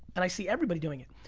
and i see everybody doing it.